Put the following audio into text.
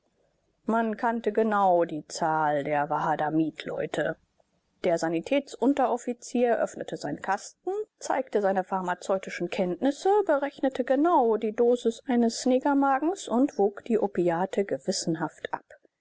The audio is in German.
man kannte genau die zahl der wahadamibleute der sanitätsunteroffizier öffnete seinen kasten zeigte seine pharmazeutischen kenntnisse berechnete genau die dosis eines negermagens und wog die opiate gewissenhaft ab